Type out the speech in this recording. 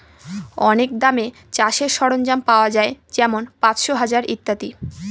অনেক দামে চাষের সরঞ্জাম পাওয়া যাই যেমন পাঁচশো, হাজার ইত্যাদি